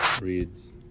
reads